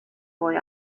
boy